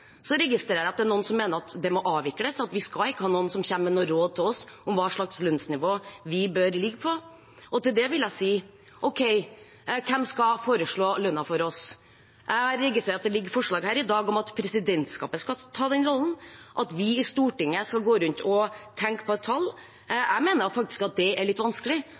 Så registrerer jeg at det er noen som mener at det må avvikles, at vi ikke skal ha noen som kommer med noe råd til oss om hva slags lønnsnivå vi bør ligge på. Til det vil jeg si: Ok, hvem skal foreslå lønnen for oss? Jeg har registrert at det ligger forslag her i dag om at presidentskapet skal ta den rollen, at vi i Stortinget skal gå rundt og tenke på et tall. Jeg mener faktisk at det er litt vanskelig.